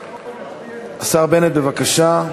בבקשה.